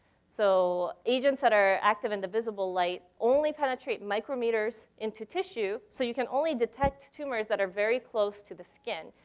so agents that are active in the visible light only penetrate micrometers into tissue, so you can only detect tumors that are very close to the skin.